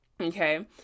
okay